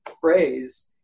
phrase